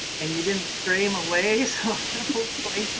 and you didn't stray them away. so hopefully,